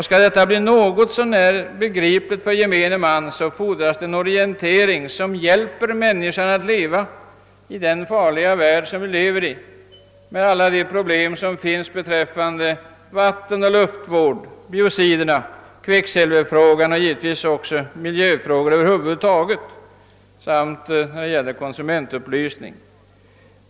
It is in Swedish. Skall detta bli något så när begripligt för gemene man fordras en orientering som hjälper människan att leva i vår farliga värld med alla dess problem beträffande vattenoch luftvården, biociderna, kvicksilverfrågan och givetvis miljöfrågorna över huvud taget samt konsumentupplysningen.